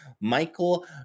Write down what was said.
Michael